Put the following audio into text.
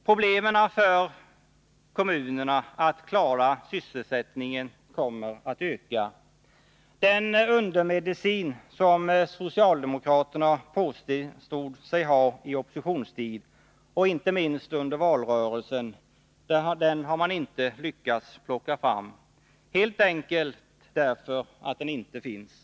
Problemen för kommunerna att klara sysselsättningen kommer att öka. Den undermedicin som socialdemokraterna påstod sig ha i oppositionstid, och inte minst under valrörelsen, har man inte lyckats plocka fram — helt enkelt därför att den inte finns.